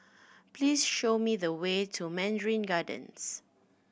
please show me the way to Mandarin Gardens